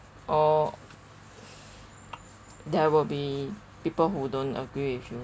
or there will be people who don't agree with you